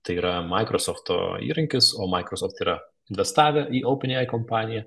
tai yra maikrosofto įrankis o microsoft yra investavę į openai kompaniją